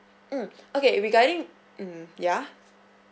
mm okay regarding mm ya